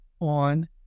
on